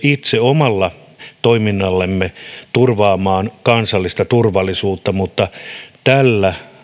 itse omalla toiminnallamme turvaamaan kansallista turvallisuutta mutta tällä